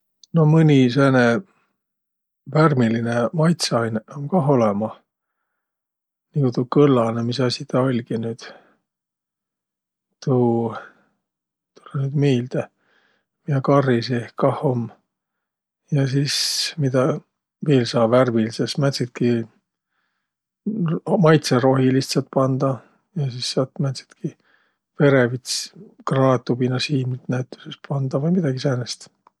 No mõni sääne värmiline maitsõainõq um ka olõmah. Niguq tuu kõllanõ, misasi taa oll'gi nüüd, tuu, ei tulõq nüüd miilde, miä karri seeh kah um. Ja sis, midä viil saa värmilidses, määntsitki, maitsõrohilist saat pandaq. Ja sis saat määntsitki verevit s- granaatubina siimnit näütüses pandaq vai midägi säänest.